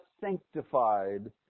sanctified